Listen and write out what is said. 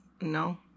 No